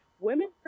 women